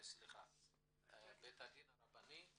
הדין הרבניים